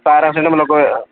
paracetamol ఒక